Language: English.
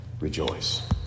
rejoice